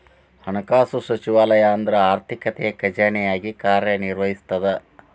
ಹಣಕಾಸು ಸಚಿವಾಲಯ ಅಂದ್ರ ಆರ್ಥಿಕತೆಯ ಖಜಾನೆಯಾಗಿ ಕಾರ್ಯ ನಿರ್ವಹಿಸ್ತದ